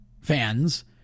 fans